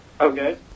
Okay